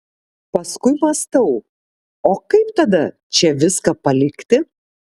paskui mąstau o kaip tada čia viską palikti